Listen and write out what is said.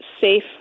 safe